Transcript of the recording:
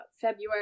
February